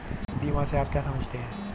बीमा से आप क्या समझते हैं?